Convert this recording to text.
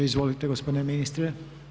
Izvolite gospodine ministre.